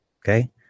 Okay